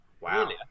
Wow